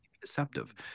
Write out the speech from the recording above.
deceptive